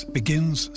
begins